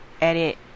edit